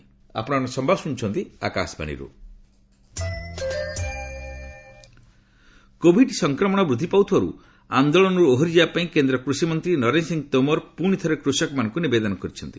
Tomar farmers covid ସଂକ୍ରମଣ ବୃଦ୍ଧି ପାଉଥିବାରୁ ଆନ୍ଦୋଳନରୁ ଓହରି ଯିବାପାଇଁ କେନ୍ଦ୍ର କୃଷିମନ୍ତ୍ରୀ ନରେନ୍ଦ୍ର ସିଂହ ତୋମର ପୁଣି ଥରେ କୃଷକମାନଙ୍କୁ ନିବେଦନ କରିଛନ୍ତି